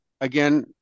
again